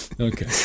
Okay